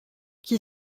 qui